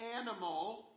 animal